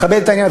מכבד את העניין,